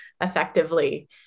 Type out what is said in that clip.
effectively